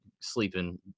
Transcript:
sleeping